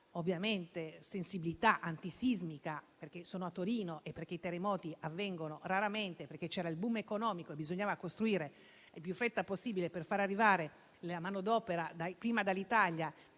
priva di sensibilità antisismica, perché sono a Torino, dove i terremoti avvengono raramente e perché con il *boom* economico bisognava costruire il più in fretta possibile per far arrivare la manodopera prima dall'Italia